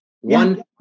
one